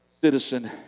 citizen